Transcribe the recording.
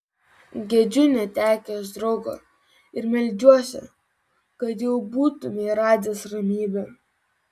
gedžiu netekęs draugo ir meldžiuosi kad jau būtumei radęs ramybę